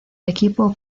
equipo